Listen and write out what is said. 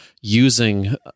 using